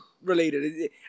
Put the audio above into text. related